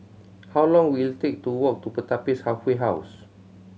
how long will it take to walk to Pertapis Halfway House